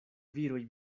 viroj